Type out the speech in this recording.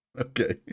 Okay